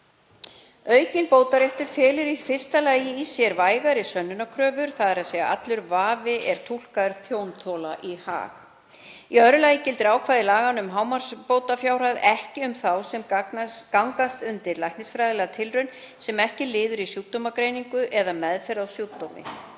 Aukinn bótaréttur felur í fyrsta lagi í sér vægari sönnunarkröfur, þ.e. allur vafi er túlkaður tjónþola í hag. Í öðru lagi gildir ákvæði laganna um hámarksbótafjárhæð ekki um þá sem gangast undir læknisfræðilega tilraun sem ekki er liður í sjúkdómsgreiningu eða meðferð á sjúkdómi.